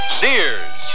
Sears